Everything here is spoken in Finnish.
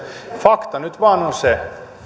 fakta nyt vain on se että